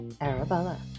Arabella